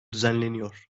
düzenleniyor